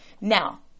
Now